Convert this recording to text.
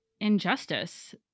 injustice